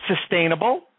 sustainable